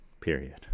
period